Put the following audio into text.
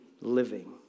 living